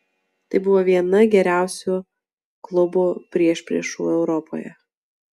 tai buvo viena geriausių klubų priešpriešų europoje